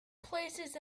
places